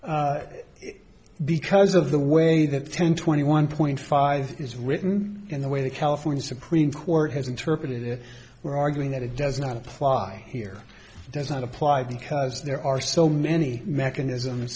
here because of the way that ten twenty one point five is written in the way the california supreme court has interpreted it we're arguing that it does not apply here does not apply the because there are so many mechanisms